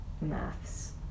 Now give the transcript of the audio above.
maths